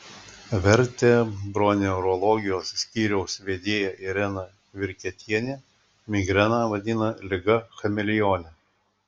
vertebroneurologijos skyriaus vedėja irena virketienė migreną vadina liga chameleone